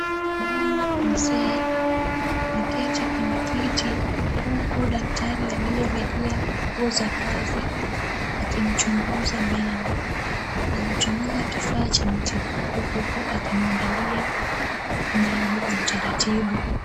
Mama mzee ameketi kwenye kiti huku daktari aliyevalia nguo za kasi akimchunguza meno anatumia kifaa cha matibabu uku akimwangalia meno kwa utaratibu.